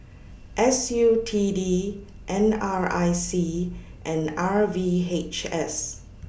S U T D N R I C and R V H S